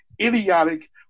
idiotic